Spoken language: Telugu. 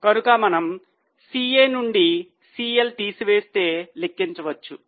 కనుక మనము CA నుండి CL తీసివేస్తే లెక్కించవచ్చు